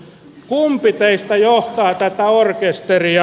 kumpi teistä johtaa tätä orkesteria